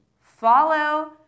Follow